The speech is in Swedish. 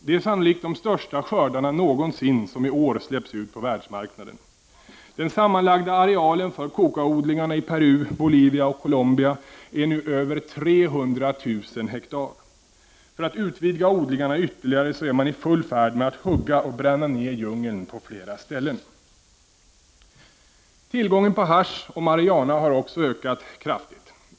Det är sannolikt de största skördarna någonsin som i år släpps ut på världsmarknaden. Den sammanlagda arealen för koka-odlingarna i Peru, Bolivia och Colombia är nu över 300 000 hektar. För att utvidga odlingarna ytterligare är man i full färd med att hugga och bränna ned djungeln på flera ställen. Tillgången på hasch och marijuana har också ökat.